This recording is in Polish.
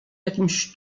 jakimś